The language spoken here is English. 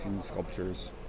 sculptures